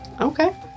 Okay